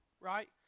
right